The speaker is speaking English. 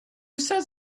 says